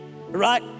right